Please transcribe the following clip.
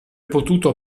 potuto